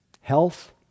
Health